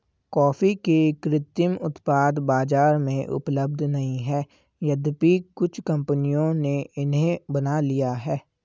coffee के कृत्रिम उत्पाद बाजार में उपलब्ध नहीं है यद्यपि कुछ कंपनियों ने इन्हें बना लिया है